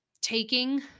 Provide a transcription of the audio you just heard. taking